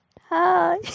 Hi